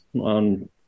on